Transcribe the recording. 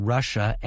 Russia